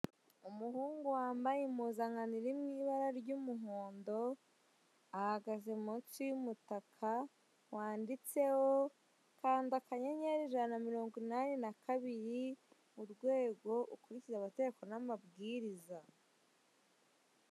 Umuhungu wambaye impuzankano iri mu ibara ry'umuhondo, ahagaze munsi y'umutaka wanditseho kanda akanyenyeri ijana na mirongo inani na kabiri urwego ukurikize amategeko n'amabwiriza.